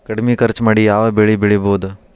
ಕಡಮಿ ಖರ್ಚ ಮಾಡಿ ಯಾವ್ ಬೆಳಿ ಬೆಳಿಬೋದ್?